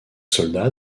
soldats